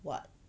what